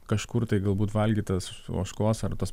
kažkur tai galbūt valgytas ožkos ar tas